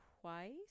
twice